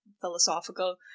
philosophical